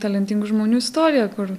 talentingų žmonių istorija kur